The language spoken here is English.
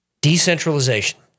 Decentralization